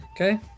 Okay